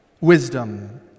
wisdom